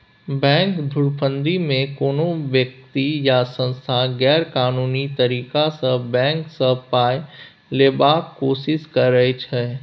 bank धुरफंदीमे कोनो बेकती या सँस्था गैरकानूनी तरीकासँ बैंक सँ पाइ लेबाक कोशिश करै छै